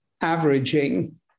averaging